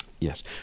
yes